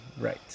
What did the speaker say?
Right